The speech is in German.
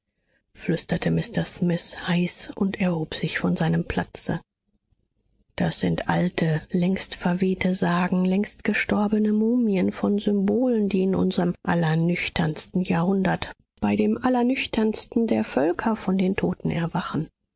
flüsterte mr smith heiß und erhob sich von seinem platze das sind alte längst verwehte sagen längst gestorbene mumien von symbolen die in unserem allernüchternsten jahrhundert bei dem allernüchternsten der völker von den toten erwachen